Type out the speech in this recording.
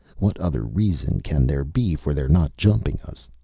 what other reason can there be for their not jumping us?